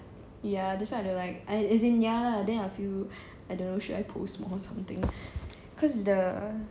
ya that's why I have to like as in ya lah then I feel I don't know should I O_S_T more or something cause is the